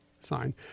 sign